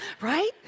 right